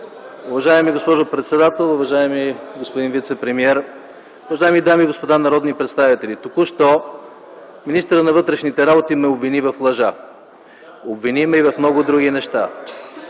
Уважаема госпожо председател, уважаеми господин вицепремиер, уважаеми дами и господа народни представители! Току-що министърът на вътрешните работи ме обвини в лъжа, обвини ме и в много други неща.